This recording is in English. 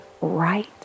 right